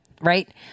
right